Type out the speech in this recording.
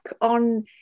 on